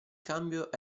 cambio